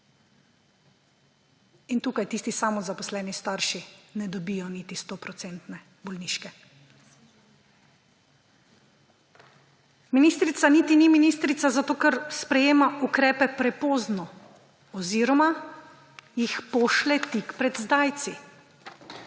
In tukaj tisti samozaposleni starši ne dobijo niti 100-procentne bolniške. Ministrica niti ni ministrica zato, ker sprejema ukrepe prepozno oziroma jih pošlje tik pred zdajci.